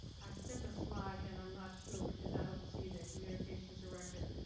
i sent a slide and i'm not sure because i don't see the communications director.